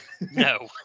No